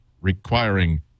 requiring